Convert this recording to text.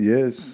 Yes